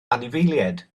anifeiliaid